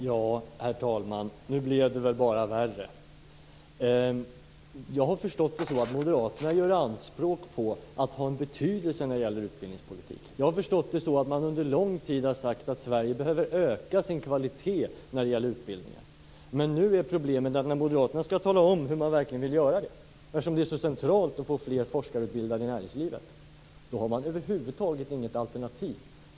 Herr talman! Nu blev det väl bara värre. Jag har förstått att moderaterna gör anspråk på att ha en betydelse när det gäller utbildningspolitik. Jag har förstått att man under lång tid har sagt att Sverige behöver öka sin kvalitet när det gäller utbildningen. Men när moderaterna nu skall tala om hur man verkligen vill göra detta, eftersom det är så centralt att få fler forskarutbildade i näringslivet, har man över huvud taget inget alternativ.